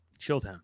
Chilltown